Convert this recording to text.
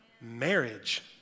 Marriage